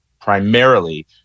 primarily